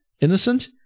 innocent